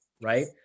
right